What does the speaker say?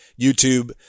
YouTube